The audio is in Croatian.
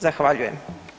Zahvaljujem.